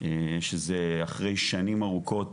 שזה אחרי שנים ארוכות.